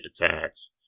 attacks